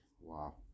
Wow